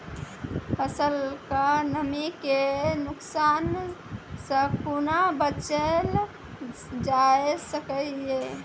फसलक नमी के नुकसान सॅ कुना बचैल जाय सकै ये?